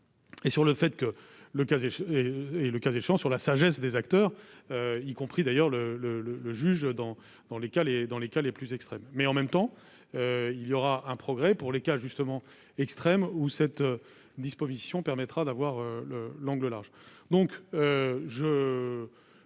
Et sur le fait que le 15 et, le cas échéant sur la sagesse des acteurs, y compris d'ailleurs le le le le juge dans dans l'école et dans les cas les plus extrêmes, mais en même temps, il y aura un progrès pour les cas justement extrême où cette disposition permettra d'avoir le l'angle large